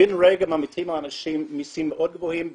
בן רגע מטילים על אנשים מסים מאוד גבוהים,